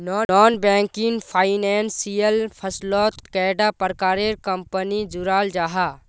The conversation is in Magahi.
नॉन बैंकिंग फाइनेंशियल फसलोत कैडा प्रकारेर कंपनी जुराल जाहा?